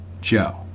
Joe